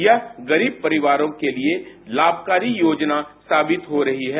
यह गरीब परिवारों के लिए लाभकारी योजना साबित हो रही है